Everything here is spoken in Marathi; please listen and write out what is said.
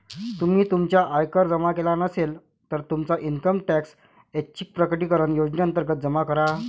तुम्ही तुमचा आयकर जमा केला नसेल, तर तुमचा इन्कम टॅक्स ऐच्छिक प्रकटीकरण योजनेअंतर्गत जमा करा